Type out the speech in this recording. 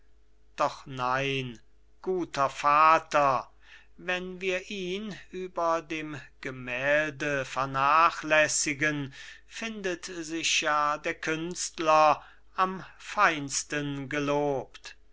doch nein guter vater wenn wir ihn über dem gemälde vernachlässigen findet sich ja der künstler am feinsten gelobt